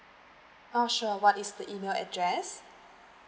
ah sure what is the email address